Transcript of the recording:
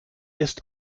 ist